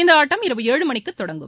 இந்த ஆட்டம் இரவு ஏழு மனிக்கு தொடங்கும்